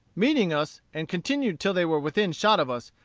meeting us, and continued till they were within shot of us,